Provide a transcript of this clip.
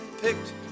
picked